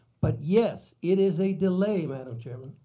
but, yes, it is a delay madam chairman.